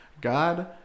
God